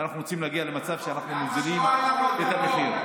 ואנחנו רוצים להגיע למצב שאנחנו מוזילים את המחיר.